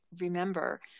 remember